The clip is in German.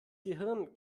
gehirn